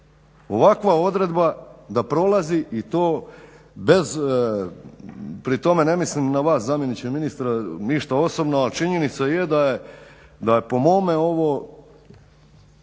Ovakva odredba da prolazi i to bez, pri tome ne mislim na vas zamjeniče ministra ništa osobno, ali činjenica je da je po mome ovo